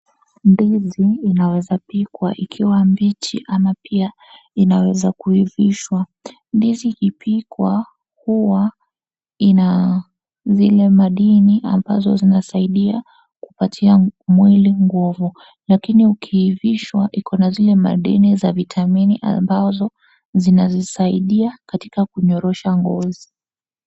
Ndizi inaweza pikwa ikiwa mbichi ama pia inaweza kuivishwa. Ndizi ikipikwa huwa ina zile madini ambazo zinasaidia kupatia mwili nguvu. Lakini ukiivishwa iko na zile madini za vitamini ambazo zinazisaidia katika kunyorosha ngozi.